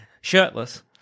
Shirtless